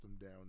down